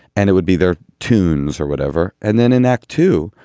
and it would be their tunes or whatever. and then in act two,